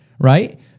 right